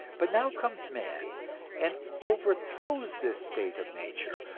but now comes man and overthrows this state of nature,